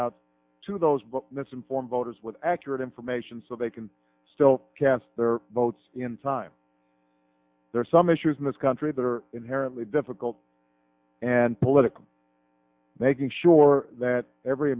out to those misinformed voters with accurate information so they can still cast their votes in time there are some issues in this country that are inherently difficult and political making sure that every